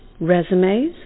resumes